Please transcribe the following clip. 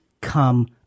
come